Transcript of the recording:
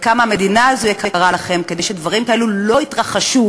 וכמה המדינה הזאת יקרה לכם כדי שדברים כאלה לא יתרחשו